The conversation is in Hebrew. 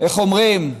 איך אומרים?